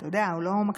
אתה יודע, הוא לא מקשיב.